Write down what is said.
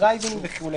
דרייב אין וכו',